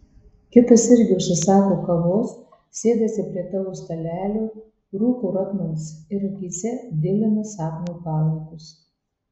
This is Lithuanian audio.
kitas irgi užsisako kavos sėdasi prie tavo stalelio rūko rotmans ir akyse dilina sapno palaikus